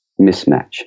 mismatch